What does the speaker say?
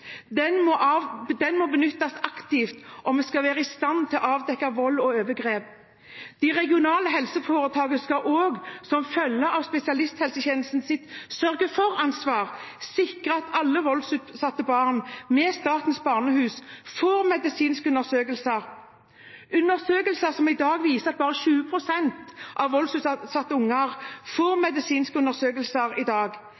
den må benyttes aktivt om vi skal være i stand til å avdekke vold og overgrep. De regionale helseforetakene skal også, som følge av spesialisthelsetjenestens sørge-for-ansvar, sikre at alle voldsutsatte barn ved Statens barnehus får medisinsk undersøkelse. Man ser at bare ca. 20 pst. av voldsutsatte barn får medisinsk undersøkelse i dag. Her må vi se en endring. Slike undersøkelser